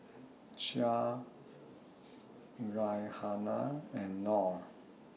Syah Raihana and Nor